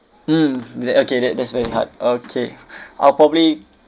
mm that okay that that's very hard okay I'll probably